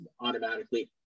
automatically